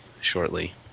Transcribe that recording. shortly